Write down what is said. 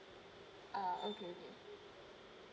ah okay okay